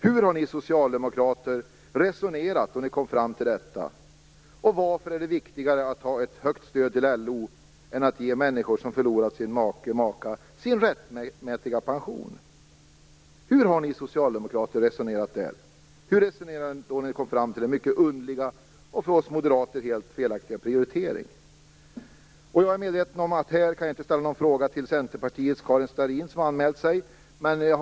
Hur har ni socialdemokrater resonerat då ni kom fram till detta? Och varför är det viktigare att ha ett högt stöd till LO än att ge människor som förlorat sin make/maka deras rättmätiga pension? Hur har ni socialdemokrater resonerat där? Hur resonerade ni då ni kom fram till den mycket underliga och för oss moderater helt felaktiga prioriteringen? Jag är medveten om att jag här inte kan ställa någon fråga till centerpartisten Karin Starrin, som också anmält sig till denna interpellationsdebatt.